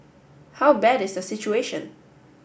how bad is the situation